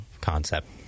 concept